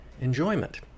enjoyment